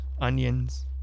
onions